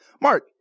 Mark